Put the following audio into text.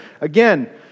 Again